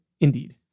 Indeed